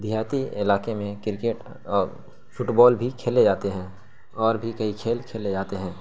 دیہاتی علاقے میں کرکٹ اور فٹ بال بال بھی کھیلے جاتے ہیں اور بھی کئی کھیل کھیلے جاتے ہیں